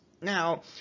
Now